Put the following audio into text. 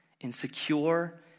insecure